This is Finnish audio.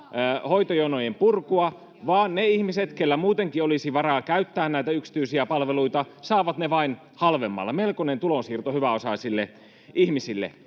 hoitojonojen purkua, vaan ne ihmiset, keillä muutenkin olisi varaa käyttää näitä yksityisiä palveluita, saavat ne vain halvemmalla. Melkoinen tulonsiirto hyväosaisille ihmisille.